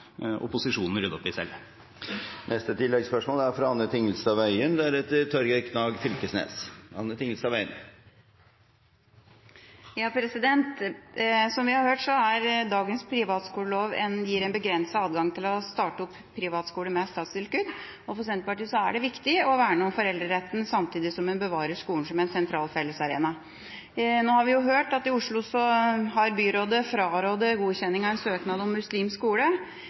adgang til å starte opp privatskoler med statstilskudd. For Senterpartiet er det viktig å verne om foreldreretten samtidig som en bevarer skolen som en sentral fellesarena. Nå har vi hørt at i Oslo har byrådet frarådet godkjenning av en søknad om muslimsk skole,